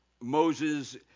Moses